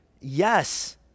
Yes